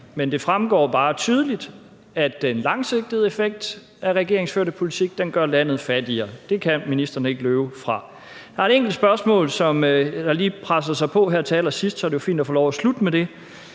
Men det fremgår bare tydeligt, at den langsigtede effekt af regeringens førte politik gør landet fattigere. Det kan ministeren ikke løbe fra. Der er et enkelt spørgsmål, der lige presser sig på her til allersidst – så det er jo fint at få lov at slutte med det.